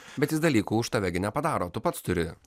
bet jis dalykų už tave nepadaro tu pats turi